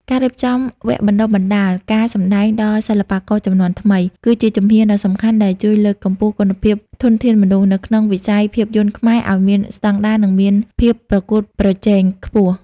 ការរៀបចំវគ្គបណ្ដុះបណ្ដាលការសម្ដែងដល់សិល្បករជំនាន់ថ្មី គឺជាជំហានដ៏សំខាន់ដែលជួយលើកកម្ពស់គុណភាពធនធានមនុស្សនៅក្នុងវិស័យភាពយន្តខ្មែរឱ្យមានស្ដង់ដារ និងមានភាពប្រកួតប្រជែងខ្ពស់។